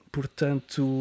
Portanto